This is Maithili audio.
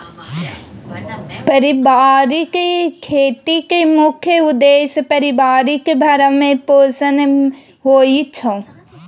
परिबारिक खेतीक मुख्य उद्देश्य परिबारक भरण पोषण होइ छै